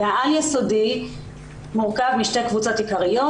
העל-יסודי מורכב משתי קבוצות עיקריות,